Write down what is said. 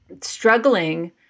struggling